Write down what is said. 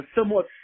somewhat